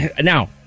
Now